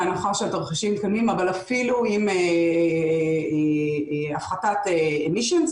בהנחה שהתרחישים מתקיימים ואפילו עם הפחתת פליטות,